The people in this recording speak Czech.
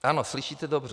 Ano, slyšíte dobře.